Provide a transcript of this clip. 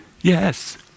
Yes